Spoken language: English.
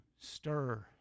stir